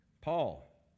Paul